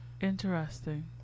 Interesting